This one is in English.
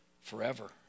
forever